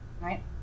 Right